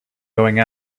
going